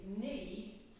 need